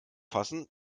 fassen